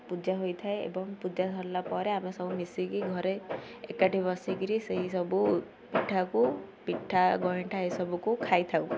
ପୂଜା ହୋଇଥାଏ ଏବଂ ପୂଜା ସରିଲା ପରେ ଆମେ ସବୁ ମିଶିକି ଘରେ ଏକାଠି ବସି କରି ସେଇ ସବୁ ପିଠାକୁ ପିଠା ଗଇଁଠା ଏସବୁକୁ ଖାଇଥାଉ